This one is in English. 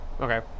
okay